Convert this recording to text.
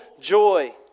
joy